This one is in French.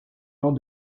lors